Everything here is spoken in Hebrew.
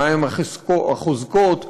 מהן החוזקות,